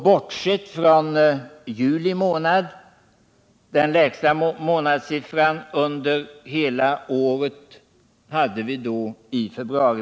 Bortsett från juli månad hade vii februari den lägsta månadssiffran under hela året.